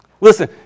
Listen